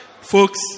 Folks